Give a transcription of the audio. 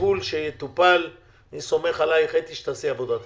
נטפל בהם ואני סומך עלייך אתי שתעשי עבודה טובה,